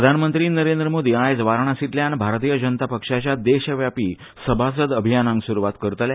प्रधानमंत्री नरेंद्र मोदी आयज वाराणसीतल्यान भारतीय जनता पक्षाच्या देशव्यापी सभासद अभियानाक सूरवात करतले